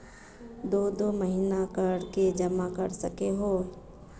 दो दो महीना कर के जमा कर सके हिये?